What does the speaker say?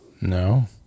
No